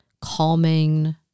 calming